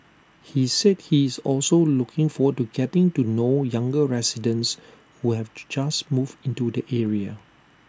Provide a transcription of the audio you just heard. he said he is also looking forward to getting to know younger residents who have just moved into the area